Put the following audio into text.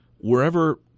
Wherever